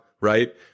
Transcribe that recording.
right